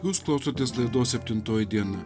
jūs klausotės laidos septintoji diena